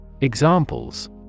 Examples